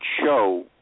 show